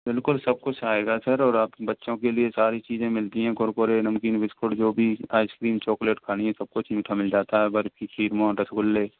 बिल्कुल सब कुछ आएगा सर और आपके बच्चों के लिए सारी चीज़ें मिलती है कुरकुरे नमकीन बिस्किट जो भी आइसक्रीम चॉकलेट खानी है सब कुछ मीठा मिल जाता है बर्फ़ी खीर रसगुल्ले